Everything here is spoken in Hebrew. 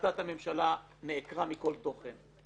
החלטת הממשלה נעקרה מכל תוכן,